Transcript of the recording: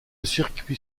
circuit